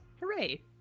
Hooray